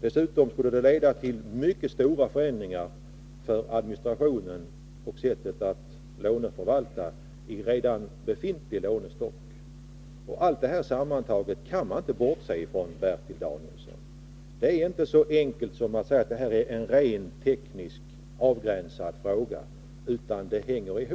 Dessutom skulle den föreslagna ordningen leda till mycket stora förändringar och för sättet att låneförvalta redan befintlig lånestock. Allt detta sammantaget kan man inte bortse från, Bertil Danielsson. Det här är ingen enkel, tekniskt avgränsad fråga, utan den hänger ihop